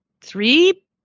three